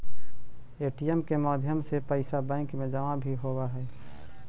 ATM के माध्यम से पैइसा बैंक में जमा भी होवऽ हइ